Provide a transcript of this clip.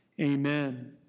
Amen